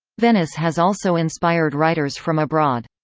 venice has also inspired writers from abroad.